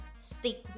stick